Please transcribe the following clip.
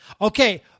Okay